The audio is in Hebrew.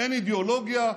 אין אידיאולוגיה,